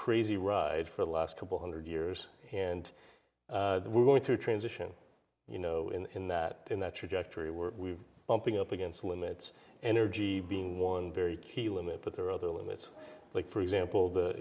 crazy ride for the last couple hundred years and we're going through a transition you know in that in that trajectory we're we've bumping up against limits energy being one very key element but there are other limits like for example the